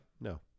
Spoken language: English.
no